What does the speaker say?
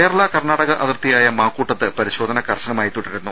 കേരള കർണ്ണാടക അതിർത്തിയായ മാക്കൂട്ടത്ത് പരി ശോധന കർശനമായി തുടരുന്നു